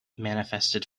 manifested